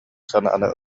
санааны